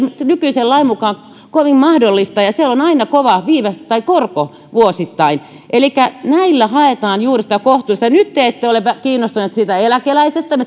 nykyisen lain mukaan kovin mahdollista ja siinä on aina kova viivästyskorko vuosittain elikkä näillä haetaan juuri sitä kohtuullisuutta nyt te ette ole kiinnostuneita siitä eläkeläisestä